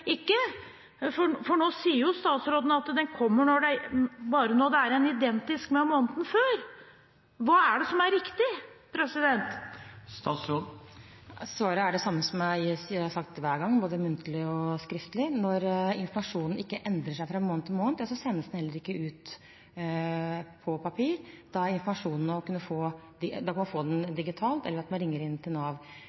ikke, for nå sier statsråden at den kommer bare når det er identisk med måneden før. Hva er det som er riktig? Svaret er det samme som jeg har sagt hver gang, både muntlig og skriftlig: Når informasjonen ikke endrer seg fra måned til måned, sendes den heller ikke ut på papir. Da kan man få informasjonen digitalt, eller ved at man ringer inn til Nav. Det er definert hva som er å